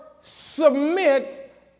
submit